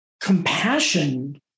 compassion